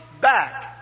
back